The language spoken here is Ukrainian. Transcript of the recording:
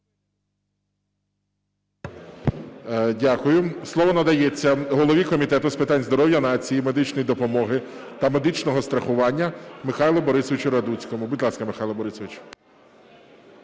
Дякую. Слово надається голові Комітету з питань здоров'я нації, медичної допомоги та медичного страхування Михайлу Борисовичу Радуцькому. Будь ласка, Михайло Борисович.